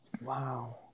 Wow